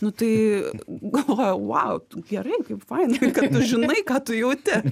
nu tai galvojau vau tu gerai kaip fainai kad tu žinai ką tu jauti